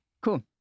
Cool